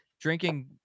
drinking